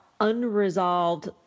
unresolved